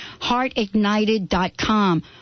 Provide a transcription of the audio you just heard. HeartIgnited.com